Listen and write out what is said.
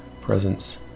presence